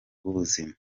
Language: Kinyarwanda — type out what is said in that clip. rw’ubuzima